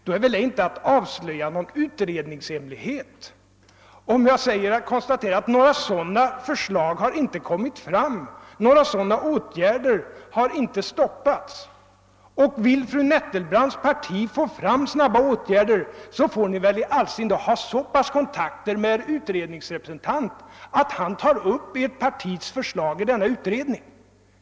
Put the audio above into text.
Då avslöjar jag väl inte någon utredningshemlighet om jag konstaterar att några sådana förslag inte har framkommit och några sådana åtgärder inte stoppats. Och vill fru Nettelbrandts parti få till stånd snabba åtgärder får ni väl i all sin dar se till att ni har så goda kontakter med er utredningsrepresentant att han tar upp partiets förslag i utredningen.